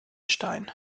stein